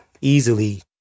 easily